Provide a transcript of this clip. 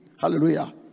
hallelujah